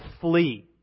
flee